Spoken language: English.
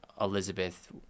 Elizabeth